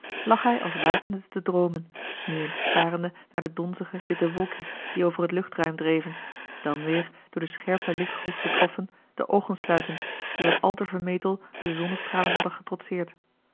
lag hij als wakende te droomen nu eens starende naar de donzige witte wolkjes die over het luchtruim dreven dan weêr door den scherpen lichtgloed getroffen de oogen sluitend die wat al te vermetel de zonnestralen hadden getrotseerd